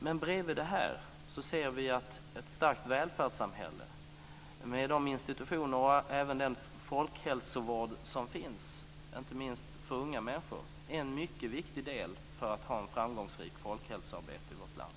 Men bredvid detta ser vi att ett starkt välfärdssamhälle med de institutioner och även den folkhälsovård som finns, inte minst för unga människor, är en mycket viktig del för ett framgångsrikt folkhälsoarbete i vårt land.